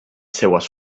seues